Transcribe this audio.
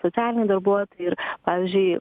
socialiniai darbuotojai ir pavyzdžiui